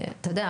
אתה יודע,